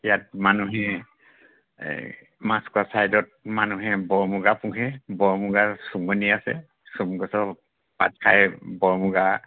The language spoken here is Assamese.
ইয়াত মানুহে এই মাছখোৱা ছাইডত মানুহে বৰ মুগা পোহে বৰ মুগাৰ চুমনি আছে চোমগছৰ পাত খাই বৰ মুগা